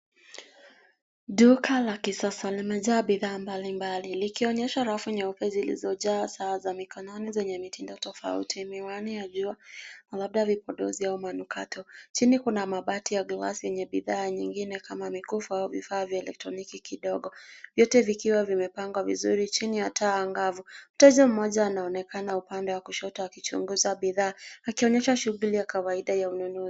Duka la kisasa limejaa bidhaa mbalimbali, likionyesha rafu nyeupe zilizojaa saa za mikononi zenye mitindo tofauti, miwani ya jua, na labda vipodozi au manukato. Chini kuna mabati ya glesi yenye bidhaa nyingine kama mikufu, au vifaa vya elektroniki kidogo, vyote vikiwa vimepangwa vizuri chini ya taa angavu. Mteja mmoja anaonekana upande wa kushoto, akichunguza bidhaa, akionyesha shughuli ya kawaida ya ununuzi.